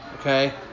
Okay